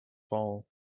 fall